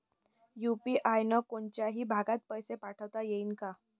UPI न कोनच्याही भागात पैसे पाठवता येईन का?